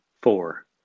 four